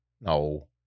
no